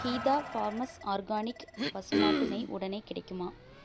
ஹிதா farms organic பசுமாட்டு நெய் உடனே கிடைக்குமா